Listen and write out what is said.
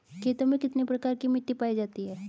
खेतों में कितने प्रकार की मिटी पायी जाती हैं?